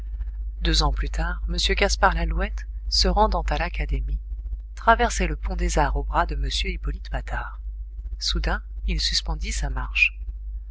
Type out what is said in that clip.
deux ans plus tard m gaspard lalouette se rendant à l'académie traversait le pont des arts au bras de m hippolyte patard soudain il suspendit sa marche